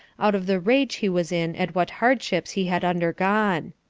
out of the rage he was in at what hardships he had undergone.